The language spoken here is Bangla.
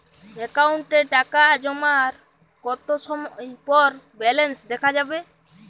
অ্যাকাউন্টে টাকা জমার কতো সময় পর ব্যালেন্স দেখা যাবে?